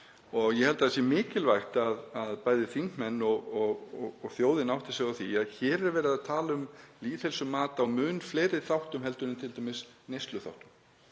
og ég held að það sé mikilvægt að bæði þingmenn og þjóðin átti sig á því að hér er verið að tala um lýðheilsumat á mun fleiri þáttum heldur en t.d. neysluháttum.